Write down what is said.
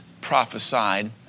prophesied